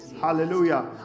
hallelujah